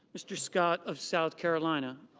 mr. scott of south carolina,